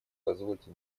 позвольте